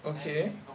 okay